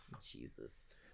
Jesus